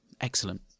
Excellent